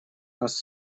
нас